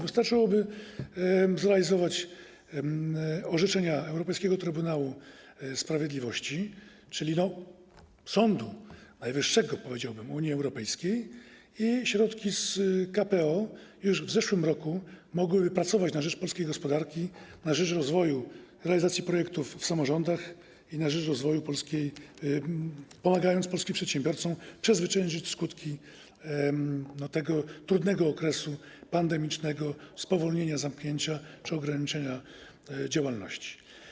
Wystarczyłoby zrealizować orzeczenia Europejskiego Trybunału Sprawiedliwości, czyli sądu najwyższego, powiedziałbym, Unii Europejskiej, i środki z KPO już w zeszłym roku mogłyby pracować na rzecz polskiej gospodarki, na rzecz rozwoju, realizacji projektów w samorządach i na rzecz rozwoju Polski, pomagając polskim przedsiębiorcom przezwyciężyć skutki tego trudnego okresu pandemicznego, spowolnienia, zamknięcia czy ograniczenia działalności.